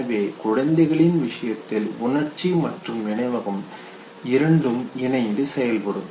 எனவே குழந்தைகளின் விஷயத்தில் உணர்ச்சி மற்றும் நினைவகம் இரண்டும் இணைந்து செயல்படும்